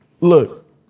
Look